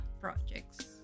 projects